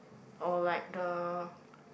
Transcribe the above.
or like the